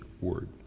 word